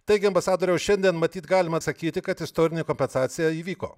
taigi ambasadoriau šiandien matyt galima sakyti kad istorinė kompensacija įvyko